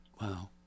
Wow